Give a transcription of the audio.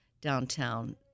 downtown